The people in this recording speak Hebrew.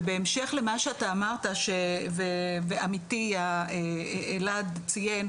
ובהמשך למה שאתה אמרת שעמיתי אלעד ציין,